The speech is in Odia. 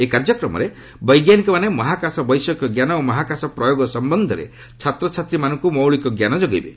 ଏହି କାର୍ଯ୍ୟକ୍ରମରେ ବୈଜ୍ଞାନିକମାନେ ମହାକାଶ ବୈଷୟିକ ଜ୍ଞାନ ଓ ମହାକାଶ ପ୍ରୟୋଗ ସମ୍ୟନ୍ଧରେ ଛାତ୍ରଛାତ୍ରୀମାନଙ୍କୁ ମୌଳିକଜ୍ଞାନ ଯୋଗାଇବେ